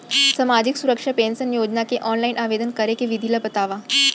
सामाजिक सुरक्षा पेंशन योजना के ऑनलाइन आवेदन करे के विधि ला बतावव